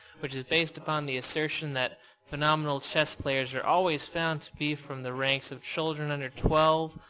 which is based upon the assertion that phenomenal chess players are always found to be from the ranks of children under twelve,